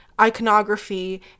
iconography